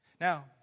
Now